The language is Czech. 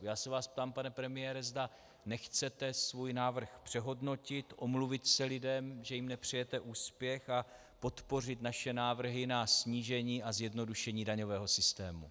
Já se vás ptám, pane premiére, zda nechcete svůj návrh přehodnotit, omluvit se lidem, že jim nepřejete úspěch, a podpořit naše návrhy na snížení a zjednodušení daňového systému.